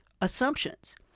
assumptions